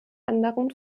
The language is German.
anderen